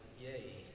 yay